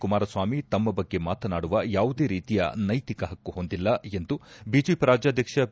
ಕುಮಾರಸ್ವಾಮಿ ತಮ್ಮ ಬಗೆ ಮಾತನಾಡುವ ಯಾವುದೇ ರೀತಿಯ ನೈತಿಕ ಪಕ್ಕು ಹೊಂದಿಲ್ಲ ಎಂದು ಬಿಜೆಪಿ ರಾಜ್ಯಾಧ್ಯಕ್ಷ ಬಿ